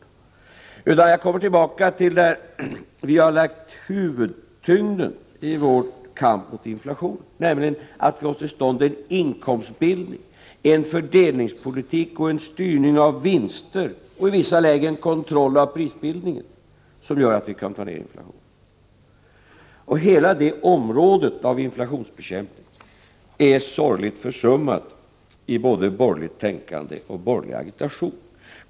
Vad det i stället är som gör att vi kan ta ned inflationen, det vill jag återigen understryka, är nämligen att vi i vår kamp mot inflationen har lagt den största tyngden på att få till stånd en inkomstbildning, en fördelningspolitik och en styrning av vinster samt i vissa lägen en kontroll av prisbildningen. Hela det området av inflationsbekämpningen är sorgligt försummat i både borgerligt tänkande och borgerlig agitation.